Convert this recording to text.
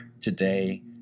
today